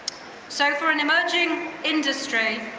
so for an emerging industry,